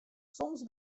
soms